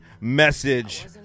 message